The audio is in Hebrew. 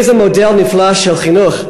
איזה מודל נפלא של חינוך,